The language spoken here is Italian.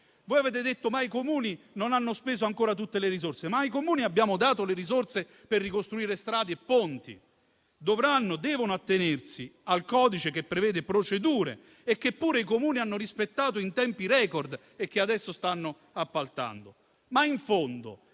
Voi avete detto che i Comuni non hanno speso ancora tutte le risorse, ma ai Comuni abbiamo dato le risorse per ricostruire strade e ponti; devono attenersi al codice che prevede procedure e che pure i Comuni hanno rispettato in tempi record e che adesso stanno appaltando.